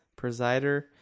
presider